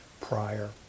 prior